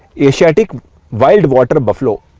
asiatic wild water buffalo.